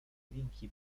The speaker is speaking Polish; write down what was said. linki